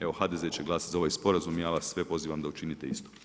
Evo HDZ će glasati za ovaj sporazum i ja vas sve pozivam da učinite isto.